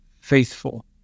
faithful